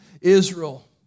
Israel